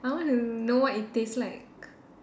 I want to know what it taste like